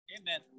Amen